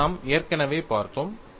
இதை நாம் ஏற்கனவே பார்த்தோம்